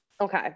Okay